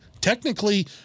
technically